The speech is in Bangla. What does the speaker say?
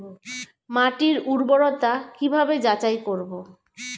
মাটির উর্বরতা কি ভাবে যাচাই করব?